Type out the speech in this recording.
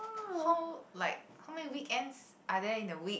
how like how many weekends are there in a week